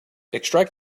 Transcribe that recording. extract